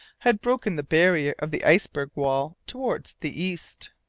had broken the barrier of the iceberg wall towards the east.